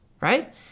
right